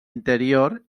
interior